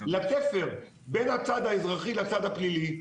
לתפר בין הצד האזרחי לצד הפלילי.